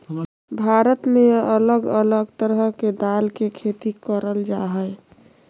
भारत में अलग अलग तरह के दाल के खेती करल जा हय